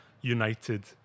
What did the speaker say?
united